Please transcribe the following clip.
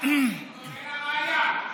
מה הבאת ראיה?